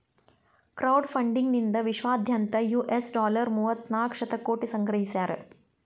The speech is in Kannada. ಕ್ರೌಡ್ ಫಂಡಿಂಗ್ ನಿಂದಾ ವಿಶ್ವದಾದ್ಯಂತ್ ಯು.ಎಸ್ ಡಾಲರ್ ಮೂವತ್ತನಾಕ ಶತಕೋಟಿ ಸಂಗ್ರಹಿಸ್ಯಾರ